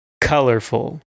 colorful